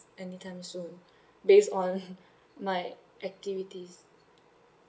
anytime soon based on my activities